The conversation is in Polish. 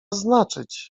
znaczyć